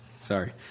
Sorry